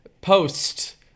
Post